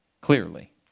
clearly